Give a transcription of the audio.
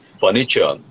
furniture